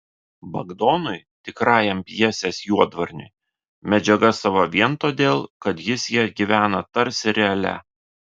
bagdonui tikrajam pjesės juodvarniui medžiaga sava vien todėl kad jis ja gyvena tarsi realia